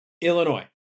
Illinois